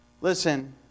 Listen